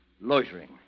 loitering